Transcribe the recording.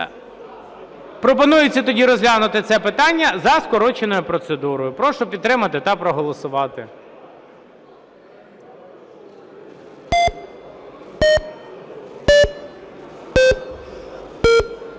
Пропонується тоді розглянути це питання за скороченою процедурою. Прошу підтримати та проголосувати. 11:40:26 За-270